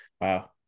Wow